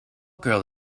girl